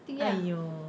!aiyo!